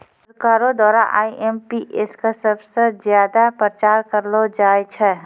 सरकारो द्वारा आई.एम.पी.एस क सबस ज्यादा प्रचार करलो जाय छै